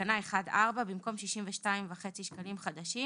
בתקנה 1(4), במקום "62.5 שקלים חדשים"